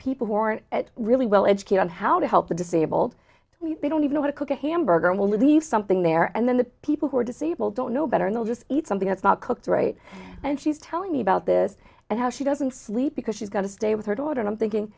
people who aren't really well educated on how to help the disabled we don't even know how to cook a hamburger and we'll leave something there and then the people who are disabled don't know better not just eat something that's not cooked right and she's telling me about this and how she doesn't sleep because she's going to stay with her daughter and i'm thinking